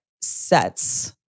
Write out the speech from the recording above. sets